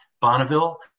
Bonneville